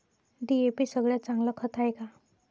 DAP सगळ्यात चांगलं खत हाये का?